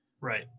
right